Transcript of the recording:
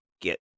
get